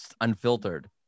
unfiltered